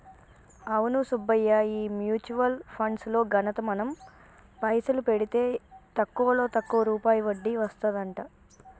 అవును సుబ్బయ్య ఈ mutual funds లో ఘనత మనం పైసలు పెడితే తక్కువలో తక్కువ రూపాయి వడ్డీ వస్తదంట